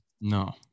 no